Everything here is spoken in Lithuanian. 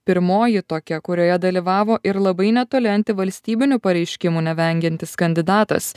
pirmoji tokia kurioje dalyvavo ir labai netoli antivalstybinių pareiškimų nevengiantis kandidatas